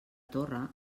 torre